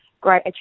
great